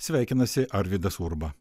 sveikinasi arvydas urba